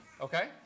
okay